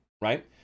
right